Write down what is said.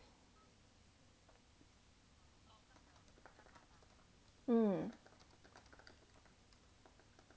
um